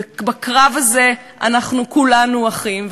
בקרב הזה אנחנו כולנו אחים,